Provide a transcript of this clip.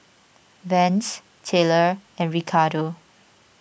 Vance Taylor and Ricardo